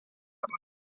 aber